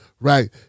right